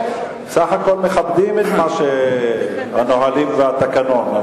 סך-הכול אנחנו מכבדים את הנהלים והתקנון,